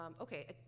Okay